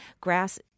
Grass